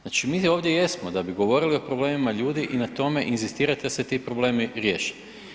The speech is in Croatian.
Znači mi ovdje jesmo da bi govorili o problemima ljudi i na tome inzistirati da se ti problemi riješe.